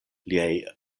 liaj